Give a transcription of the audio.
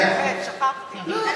באמת, שכחתי.